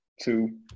two